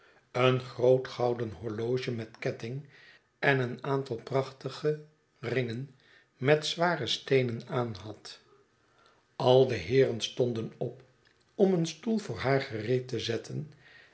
een groot gouden horloge met ketting en een aantal prachtige ringen met zware steenen aanhad ai de heeren stonden op om een stoel voor haar gereed'le t zetten